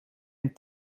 een